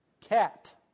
cat